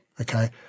Okay